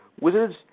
Wizards